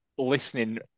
Listening